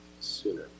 sooner